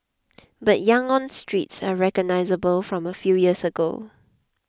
but Yangon's streets are unrecognisable from a few years ago